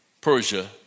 Persia